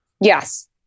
Yes